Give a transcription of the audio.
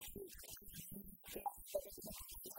כל עוד הקצעת הבניה עסקה בבתים הפרטיים של...